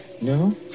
No